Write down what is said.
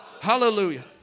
Hallelujah